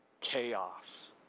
chaos